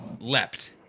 Leapt